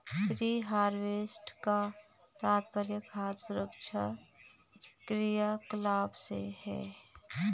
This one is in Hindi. प्री हार्वेस्ट का तात्पर्य खाद्य सुरक्षा क्रियाकलाप से है